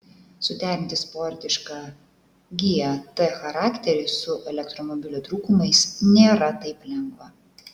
suderinti sportišką gt charakterį su elektromobilio trūkumais nėra taip lengva